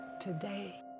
today